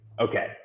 okay